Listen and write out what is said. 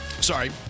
Sorry